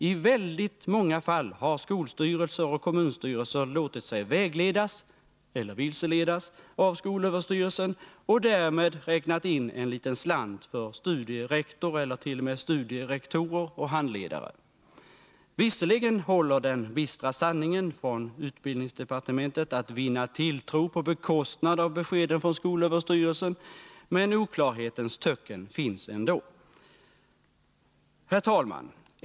I väldigt många fall har skolstyrelser och kommunstyrelser låtit sig vägledas — eller vilseledas — av skolöverstyrelsen och därmed räknat in en liten slant för studierektor eller t.o.m. studierektorer och handledare. Visserligen håller den bistra sanningen från utbildningsdepartementet på att vinna tilltro på bekostnad av beskeden från skolöverstyrelsen, men oklarhetens töcken finns ändå. Herr talman!